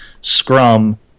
Scrum